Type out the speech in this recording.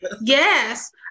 yes